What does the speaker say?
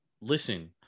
listen